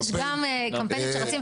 יש גם קמפיינים שרצים.